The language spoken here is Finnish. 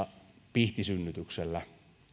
pihtisynnytyksellä